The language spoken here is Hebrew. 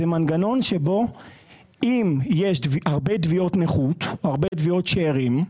זה מנגנון שבו אם יש הרבה תביעות נכות או הרבה תביעות שארים,